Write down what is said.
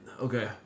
okay